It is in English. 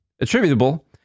attributable